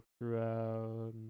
throughout